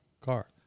car